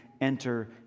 enter